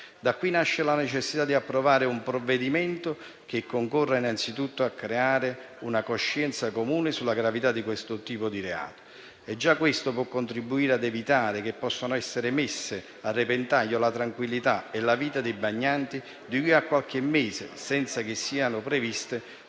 Da qui nasce la necessità di approvare un provvedimento che concorra innanzi tutto a creare una coscienza comune sulla gravità di tale tipo di reato. Già questo può contribuire ad evitare che possano essere messe a repentaglio la tranquillità e la vita dei bagnanti da qui a qualche mese senza che siano previste